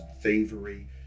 thievery